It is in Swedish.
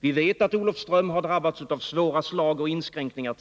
Vi vet att Olofström tidigare har drabbats av svåra slag och inskränkningar.